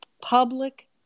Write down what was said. public